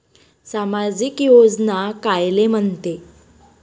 सामाजिक योजना कायले म्हंते?